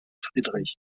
friedrich